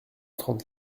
trente